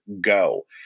Go